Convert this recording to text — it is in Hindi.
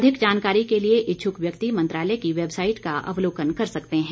अधिक जानकारी के लिए इच्छुक व्यक्ति मंत्रालय की वैबसाईट का अवलोकन कर सकते हैं